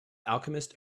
alchemist